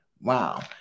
Wow